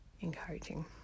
encouraging